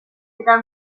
eta